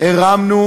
הרמנו